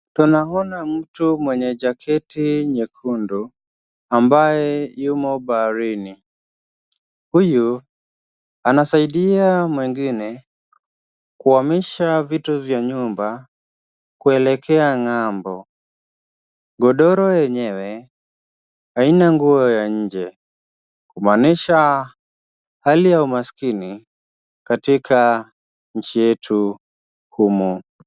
Tunaona mtu mwenye jaketi nyekundu ambaye yumo baharini. Huyu anasaidia mwingine kuhamisha vitu vya nyumba kuelekea ng'ambo. Godoro yenyewe haina nguo ya nje kumaanisha hali ya umaskini katika nchi yetu humu.